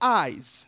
eyes